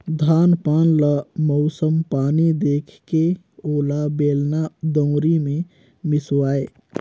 धान पान ल मउसम पानी देखके ओला बेलना, दउंरी मे मिसवाए